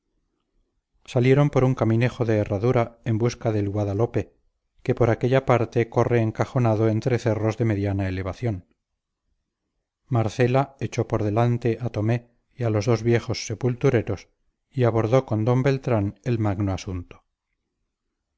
salieron por un caminejo de herradura en busca del guadalope que por aquella parte corre encajonado entre cerros de mediana elevación marcela echó por delante a tomé y a los dos viejos sepultureros y abordó con d beltrán el magno asunto